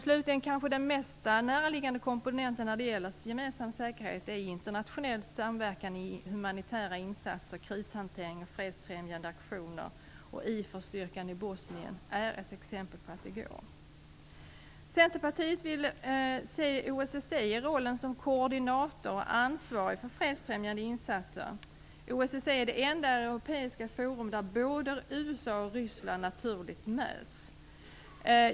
Slutligen är internationell samverkan i humanitära insatser, krishantering och fredsfrämjande aktioner kanske den mest näraliggande komponenten för gemensam säkerhet. IFOR styrkan i Bosnien är ett exempel på att det går. Centerpartiet vill se OSSE i rollen som koordinator och ansvarig för fredsfrämjande insatser. OSSE är det enda europeiska forum där USA och Ryssland naturligt möts.